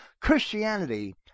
Christianity